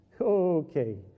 Okay